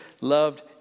loved